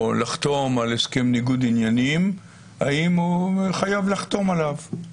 לחתום על הסכם ניגוד עניינים לחתום עליו?